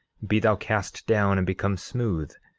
be thou cast down and become smooth,